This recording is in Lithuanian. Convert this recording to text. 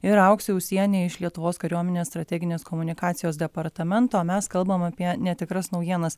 ir auksė ūsienė iš lietuvos kariuomenės strateginės komunikacijos departamento mes kalbam apie netikras naujienas